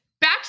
back